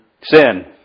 Sin